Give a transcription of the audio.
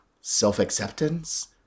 self-acceptance